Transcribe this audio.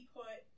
put